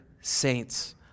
saints